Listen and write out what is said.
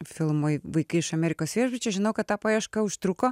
filmui vaikai iš amerikos viešbučio žinau kad ta paieška užtruko